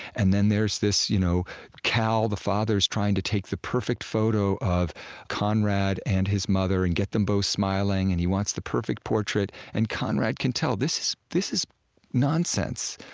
and then there's this you know cal, the father, is trying to take the perfect photo of conrad and his mother and get them both smiling, and he wants the perfect portrait. and conrad can tell, this is this is nonsense.